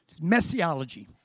Messiology